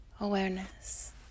awareness